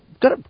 got